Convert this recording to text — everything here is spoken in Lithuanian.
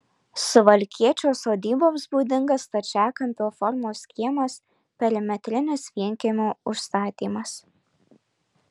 suvalkiečio sodyboms būdingas stačiakampio formos kiemas perimetrinis vienkiemio užstatymas